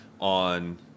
on